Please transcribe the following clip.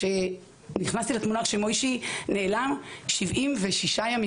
כאשר נכנסתי לתמונה שמויישי נעלם שבעים ושישה ימים,